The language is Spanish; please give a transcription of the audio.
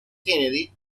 kennedy